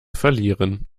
verlieren